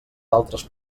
altres